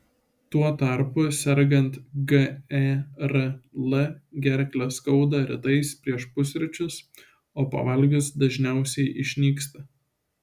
tuo tarpu sergant gerl gerklę skauda rytais prieš pusryčius o pavalgius dažniausiai išnyksta